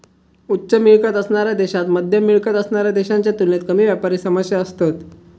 उच्च मिळकत असणाऱ्या देशांत मध्यम मिळकत असणाऱ्या देशांच्या तुलनेत कमी व्यापारी समस्या असतत